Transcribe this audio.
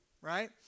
right